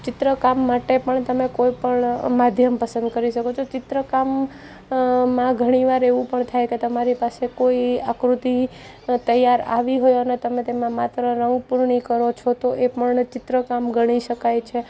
ચિત્રકામ માટે પણ તમે કોઈપણ માધ્યમ પસંદ કરી શકો છો ચિત્રકામ માં ઘણી વાર એવું પણ થાય કે તમારી પાસે કોઈ આકૃતિ તૈયાર આવી હોય અને તમે તેમાં માત્ર રંગપૂર્ણિ કરો છો તો એ પણ ચિત્ર કામ ઘણી શકાય છે